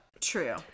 True